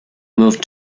moved